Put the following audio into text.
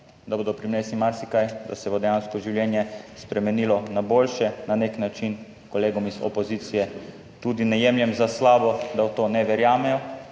da bodo prinesli marsikaj, da se bo dejansko življenje spremenilo na boljše. Na nek način kolegom iz opozicije tudi ne jemljem za slavo, da v to ne verjamejo,